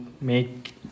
make